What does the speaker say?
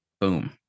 Boom